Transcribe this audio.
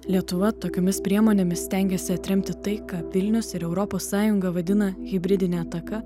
lietuva tokiomis priemonėmis stengiasi atremti tai ką vilnius ir europos sąjunga vadina hibridine ataka